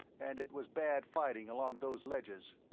and it was bad fighting along those ledges.